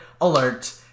alert